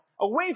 away